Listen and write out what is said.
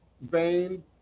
vein